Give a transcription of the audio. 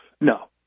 No